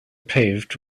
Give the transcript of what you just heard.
paved